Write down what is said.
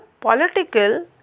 political